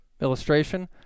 illustration